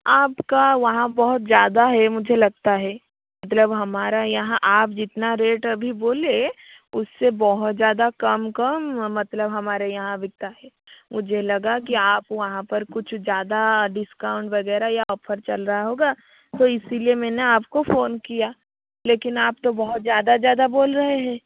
आपका वहाँ बहुत ज्यादा है मुझे लगता है मतलब हमारा यहाँ आप जितना रेट अभी बोले उससे बहुत ज्यादा कम कम मतलब हमारे यहाँ बिकता है मुझे लगा कि आप वहाँ पर कुछ ज्यादा डिस्काउंट वगैरह या ऑफर चल रहा होगा तो इसीलिए मैं ना आपको फोन किया लेकिन आप तो बहुत ज्यादा ज्यादा बोल रहे हैं